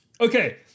Okay